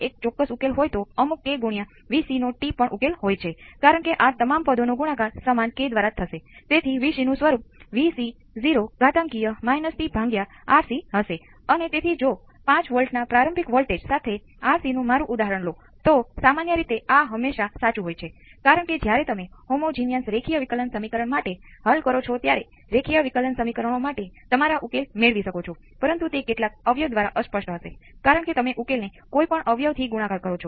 અને ચાલો કહીએ કે તે પણ Vs દ્વારા ચલાવાય છે તમે કોઈપણ ચલ પસંદ કરી શકો છો અને તમે તેને પછીથી અજમાવી શકો છો પરંતુ તમે જોશો કે આમાં તમને જે સમીકરણ મળશે તે બીજા ઓર્ડર માં હશે કારણ કે બે કેપેસિટર ની હાજરી છે